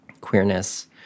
queerness